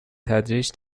تدریج